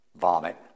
vomit